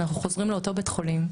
אנחנו חוזרים לאותו בית חולים,